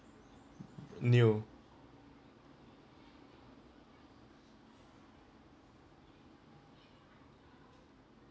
new